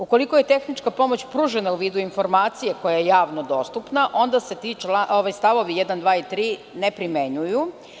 Ukoliko je tehnička pomoć pružena u vidu informacije koja je javno dostupna, onda se ti stavovi 1, 2. i 3. ne primenjuju.